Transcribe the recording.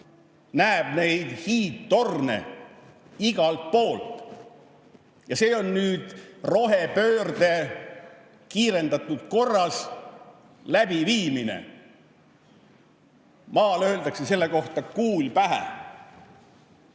– neid hiidtorne näeb igalt poolt. Ja see on nüüd rohepöörde kiirendatud korras läbiviimine. Maal öeldakse selle kohta: kuul pähe.